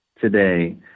today